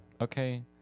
Okay